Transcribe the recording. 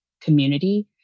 community